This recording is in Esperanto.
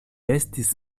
estis